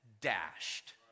dashed